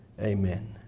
Amen